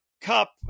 Cup